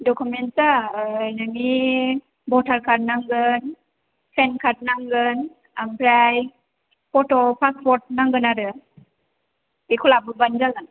डकुमेन्टसआ नोंनि भटार कार्ड नांगोन पेन कार्ड नांगोन ओमफ्राय फट' पासपर्ट नांगोन आरो बेखौ लाबोबानो जागोन